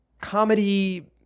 comedy